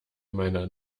meiner